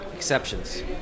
Exceptions